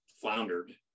floundered